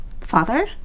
Father